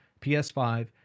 PS5